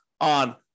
on